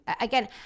Again